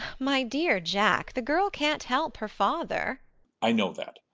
my dear jack, the girl can't help her father i know that,